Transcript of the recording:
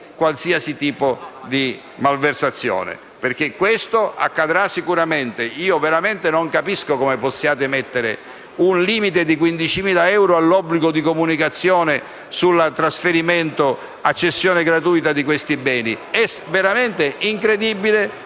qualsiasi tipo di malversazione, cosa che invece accadrà sicuramente. Veramente non capisco come possiate stabilire un limite di 15.000 euro all'obbligo di comunicazione sul trasferimento a cessione gratuita di questi beni; è veramente incredibile